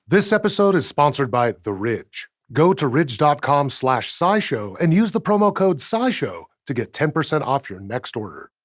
this episode is sponsored by the ridge. go to ridge dot com slash scishow and use promo code scishow to get ten percent off your next order.